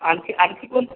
आणखी आणखी कोण